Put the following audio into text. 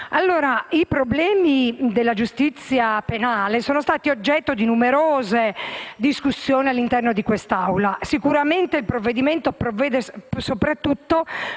i problemi della giustizia penale sono stati oggetto di numerose discussioni all'interno di questa Assemblea. Sicuramente il disegno di legge dispone soprattutto